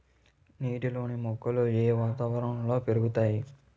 నీటిలోని మొక్కలు ఏ వాతావరణంలో పెరుగుతాయి?